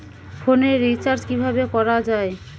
ফোনের রিচার্জ কিভাবে করা যায়?